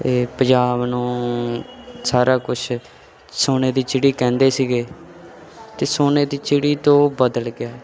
ਅਤੇ ਪੰਜਾਬ ਨੂੰ ਸਾਰਾ ਕੁਛ ਸੋਨੇ ਦੀ ਚਿੜੀ ਕਹਿੰਦੇ ਸੀਗੇ ਅਤੇ ਸੋਨੇ ਦੀ ਚਿੜੀ ਤੋਂ ਬਦਲ ਗਿਆ